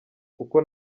kuko